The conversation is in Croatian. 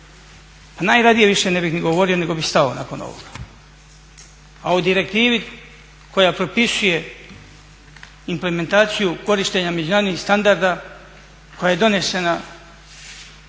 Pa najradije ne bi više ni govorio nego bi stao nakon ovoga. A o direktivi koja propisuje implementaciju korištenja međunarodnih standarda koja je donešena,